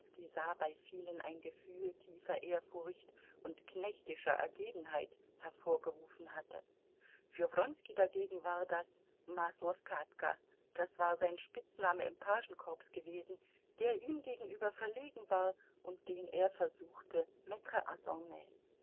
bei vielen ein gefühl tiefer ehrfurcht und knechtischer ergebenheit hervorgerufen hatte für wronski dagegen war das maslow katka das war sein spitzname im pagenkorps gewesen der ihm gegenüber verlegen war und den er versuchte mettre